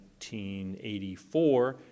1984